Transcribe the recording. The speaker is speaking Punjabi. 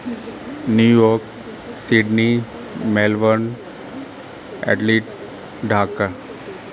New York Sydney Melbourne Adelaide Dhaka